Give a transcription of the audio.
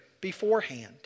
beforehand